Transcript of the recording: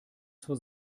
zur